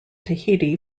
tahiti